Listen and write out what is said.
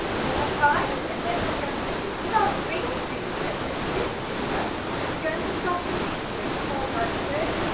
four times, and then we're going to do with our ring finger so with this finger we're going to pluck the d string four times too